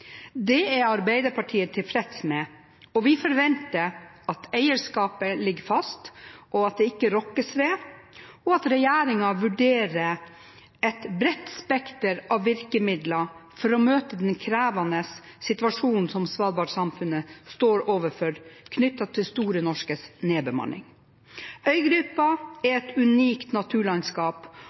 Det er Arbeiderpartiet tilfreds med, og vi forventer at eierskapet ligger fast, at det ikke rokkes ved, og at regjeringen vurderer et bredt spekter av virkemidler for å møte den krevende situasjonen som svalbardsamfunnet står overfor knyttet til Store Norskes nedbemanning. Øygruppen er et unikt naturlandskap,